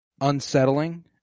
Unsettling